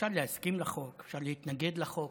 אפשר להסכים לחוק, אפשר להתנגד לחוק,